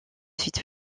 site